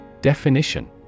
Definition